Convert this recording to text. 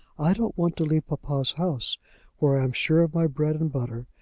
i don't want to leave papa's house where i'm sure of my bread and butter,